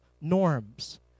norms